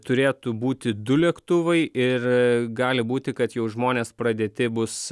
turėtų būti du lėktuvai ir gali būti kad jau žmones pradėti bus